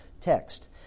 text